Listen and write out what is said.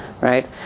right